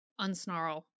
unsnarl